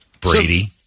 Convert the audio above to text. Brady